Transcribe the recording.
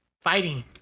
fighting